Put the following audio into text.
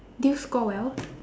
did you score well